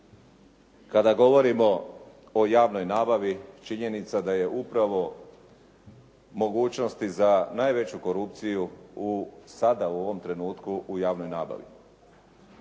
Kada govorimo o javnoj nabavi činjenica da je upravo mogućnosti za najveću korupciju sada u ovom trenutku u javnoj nabavi.